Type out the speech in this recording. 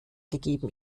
gegeben